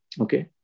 okay